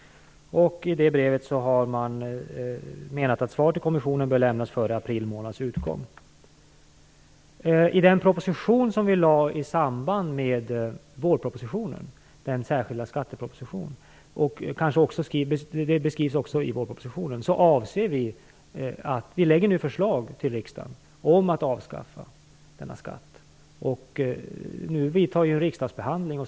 I det brevet menar man att svar till kommissionen bör lämnas före april månads utgång. När det gäller den proposition som vi lade i samband med vårpropositionen, den särskilda skattepropositionen, och detta beskrivs också i vårpropositionen, lägger vi förslag till riksdagen om ett avskaffande av denna skatt. Nu vidtar riksdagsbehandling.